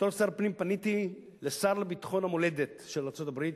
בתור שר פנים פניתי אל השר לביטחון המולדת של ארצות-הברית,